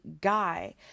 guy